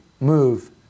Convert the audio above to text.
move